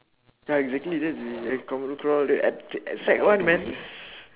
ya exactly that's ridic~ commando crawl uh at at sec one man